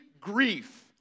grief